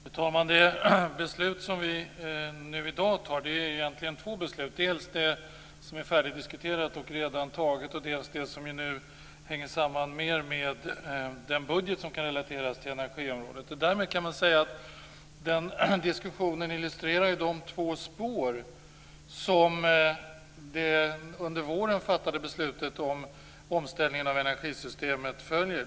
Fru talman! Det är egentligen två områden som vi skall fatta beslut om i dag, dels det som vi har diskuterat färdigt och fattat beslut om, dels det som mer hänger samman med den budget som kan relateras till energiområdet. Därmed kan man säga att den diskussionen illustrerar de två spår som det under våren fattade beslutet om omställningen av energisystemet följer.